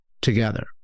together